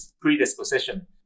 predisposition